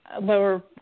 lower